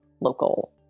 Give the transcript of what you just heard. local